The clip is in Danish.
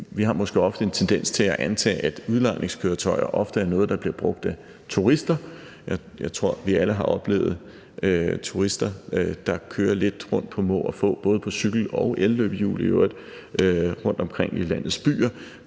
Vi har måske ofte en tendens til at antage, at udlejningskøretøjer ofte er noget, der bliver brugt af turister. Jeg tror, vi alle har oplevet turister, der kører lidt rundt på må og få på cykel og elløbehjul i øvrigt rundt omkring i landets byer.